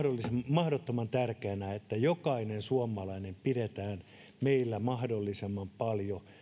mahdottoman tärkeänä että jokainen suomalainen pidetään mahdollisimman paljon